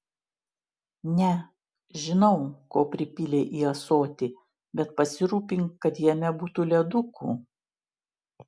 ne žinau ko pripylei į ąsotį bet pasirūpink kad jame būtų ledukų